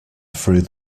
through